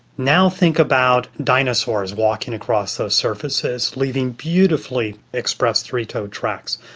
now think about dinosaurs walking across those surfaces leaving beautifully expressed three-toed tracks.